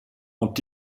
ont